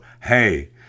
Hey